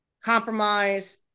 Compromise